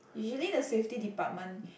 usually the safety department